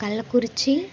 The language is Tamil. கள்ளக்குறிச்சி